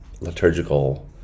liturgical